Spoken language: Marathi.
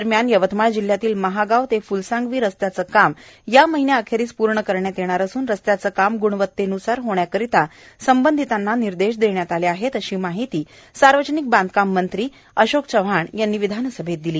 दरम्यान यवतमाळ जिल्ह्यातील महागांव ते फुलसांगवी रस्त्याचे काम या महिन्याअखेर पूर्ण करण्यात येणार असून रस्त्याचे काम ग्णवतेन्सार होण्याकरिता संबंधितांना निर्देश देण्यात आले आहेत अशी माहिती सार्वजनिक बांधकाम मंत्री अशोक चव्हाण यांनी विधानसभेत दिली